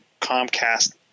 Comcast